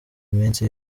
iminsi